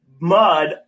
mud